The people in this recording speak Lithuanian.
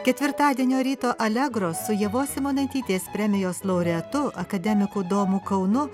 ketvirtadienio ryto alegro su ievos simonaitytės premijos laureatu akademiku domu kaunu